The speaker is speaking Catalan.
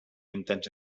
intensa